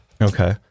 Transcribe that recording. Okay